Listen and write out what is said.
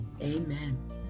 Amen